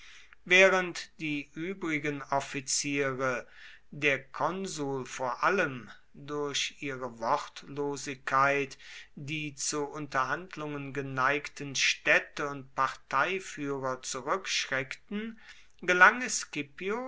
während die übrigen offiziere der konsul vor allem durch ihre wortlosigkeit die zu unterhandlungen geneigten städte und parteiführer zurückschreckten gelang es